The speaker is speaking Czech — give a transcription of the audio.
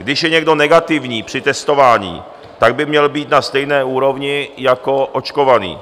Když je někdo negativní při testování, tak by měl být na stejné úrovni jako očkovaný.